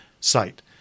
site